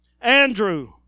Andrew